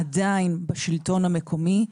עדיין בשלטון המקומי,